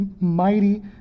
mighty